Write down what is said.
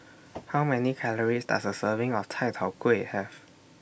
How Many Calories Does A Serving of Chai Tow Kway Have